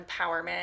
empowerment